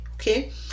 Okay